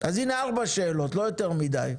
אז הנה, ארבע שאלות לא יותר מידי.